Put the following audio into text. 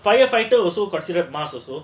firefighters also considered must also